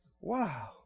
Wow